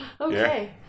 Okay